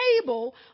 table